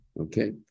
Okay